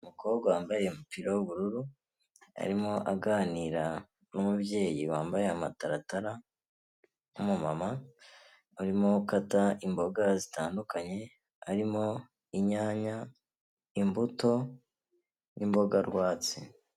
Umukobwa wambaye umupira w'ubururu, arimo aganira n'umubyeyi wambaye amataratara w'umumama, arimo akata imboga zitandukanye, harimo inyanya, imbuto n'imboga rwatsi.